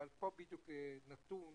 אבל פה בדיוק נתון,